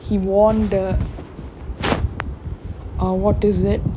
he won the ah what is it